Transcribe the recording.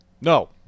No